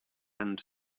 and